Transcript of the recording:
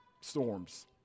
storms